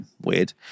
weird